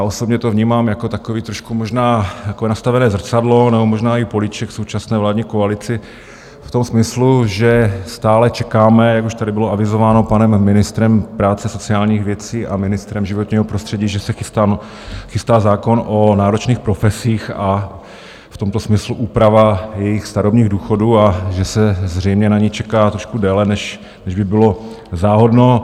Osobně to vnímám jako takové trošku možná nastavené zrcadlo nebo možná i políček současné vládní koalici v tom smyslu, že stále čekáme, jak už tady bylo avizováno panem ministrem práce sociálních věcí a ministrem životního prostředí, že se chystá zákon o náročných profesích, a v tomto smyslu úprava jejich starobních důchodů, a že se zřejmě na ni čeká trošku déle, než by bylo záhodno.